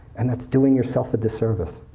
and it's doing yourself a disservice.